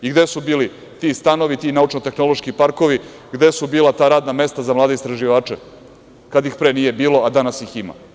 I gde su bili ti stanovi, ti naučno-tehnološki parkovi, gde su bila ta radna mesta za mlade istraživače, kad ih pre nije bilo, a danas ih ima.